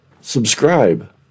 subscribe